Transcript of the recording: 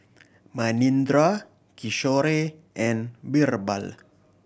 Manindra Kishore and Birbal